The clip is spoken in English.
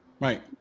right